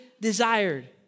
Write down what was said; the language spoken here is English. desired